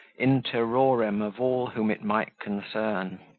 in terrorem of all whom it might concern.